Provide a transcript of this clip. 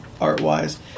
art-wise